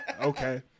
Okay